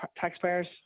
taxpayers